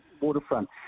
waterfront